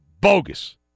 bogus